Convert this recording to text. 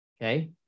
okay